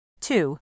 two